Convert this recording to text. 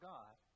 God